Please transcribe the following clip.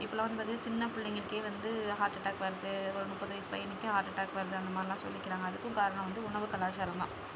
இப்போல்லாம் வந்து பார்த்தீங்கனா சின்ன பிள்ளைகளுக்கே வந்து ஹார்ட் அட்டாக் வருது ஒரு முப்பது வயசு பையனுக்கே ஹார்ட் அட்டாக் வருது அந்த மாதிரி எல்லாம் சொல்லிக்கிறாங்க அதுக்கும் காரணம் வந்து உணவு கலாச்சாரம் தான்